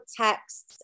texts